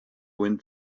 wind